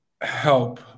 help